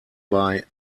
bei